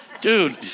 dude